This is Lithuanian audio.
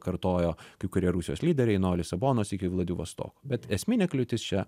kartojo kai kurie rusijos lyderiai nuo lisabonos iki vladivostoko bet esminė kliūtis čia